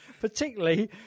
Particularly